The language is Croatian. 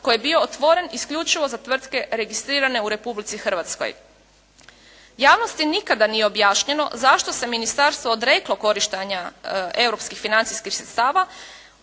koji je bio otvoren isključivo za tvrtke registrirane u Republici Hrvatskoj. Javnosti nikada nije objašnjeno zašto se Ministarstvo odreklo korištenja europskih financijskih sredstava